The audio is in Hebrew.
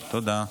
תודה.